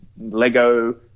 Lego